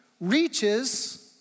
reaches